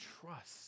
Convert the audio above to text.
trust